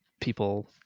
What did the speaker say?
people